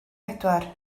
bedwar